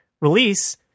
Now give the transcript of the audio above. release